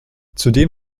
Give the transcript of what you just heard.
zudem